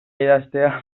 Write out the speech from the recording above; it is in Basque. idaztea